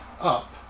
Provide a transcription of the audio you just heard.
up